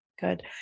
Good